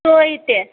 તોય તે